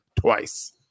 twice